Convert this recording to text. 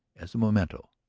as a memento.